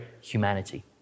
humanity